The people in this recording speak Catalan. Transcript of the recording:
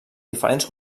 diferents